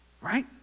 right